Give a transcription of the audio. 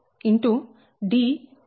dab14